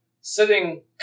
sitting